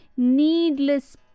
Needless